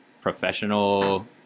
professional